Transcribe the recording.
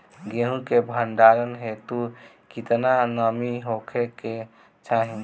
गेहूं के भंडारन हेतू कितना नमी होखे के चाहि?